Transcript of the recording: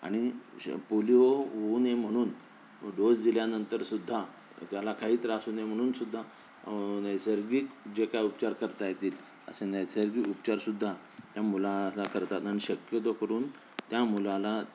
आणि श पोलिओ होऊ नये म्हणून डोस दिल्यानंतरसुद्धा त्याला काही त्रास होऊ नये म्हणूनसुद्धा नैसर्गिक जे काय उपचार करता येतील असे नैसर्गिक उपचारसुद्धा या मुलाला करतात आणि शक्यतो करून त्या मुलाला